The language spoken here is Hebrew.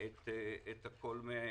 את הכול מהתחלה.